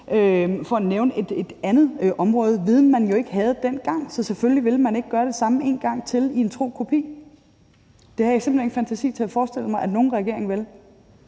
for at nævne et andet område. Det er viden, man jo ikke havde dengang. Så selvfølgelig ville man ikke gøre det samme en gang til som en tro kopi. Det har jeg simpelt hen ikke fantasi til at forestille mig at nogen regering ville.